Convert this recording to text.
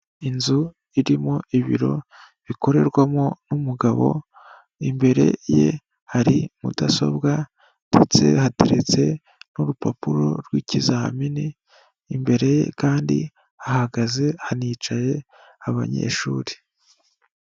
Inzu irimo ibiro bikorerwamo n'umugabo, imbere ye hari mudasobwa ndetse hateretse n'urupapuro rw'ikizamini, imbere ye kandi hahagaze hanicaye abanyeshuri.